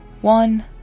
one